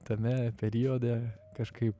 tame periode kažkaip